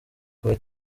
kuva